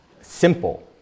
simple